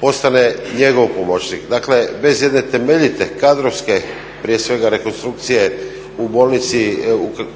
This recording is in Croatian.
postane njegov pomoćnik. Dakle, bez jedne temeljite kadrovske prije svega rekonstrukcije u